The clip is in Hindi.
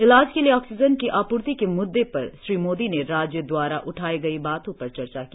इलाज के लिए ऑक्सीजन की आपूर्ति के मुद्दे पर श्री मोदी ने राज्यों द्वारा उठाई गई बातों पर चर्चा की